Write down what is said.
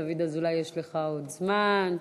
דוד אזולאי, יש לך עוד זמן.